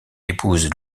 épouse